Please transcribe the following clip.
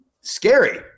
scary